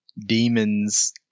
demons